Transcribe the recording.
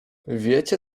wiecie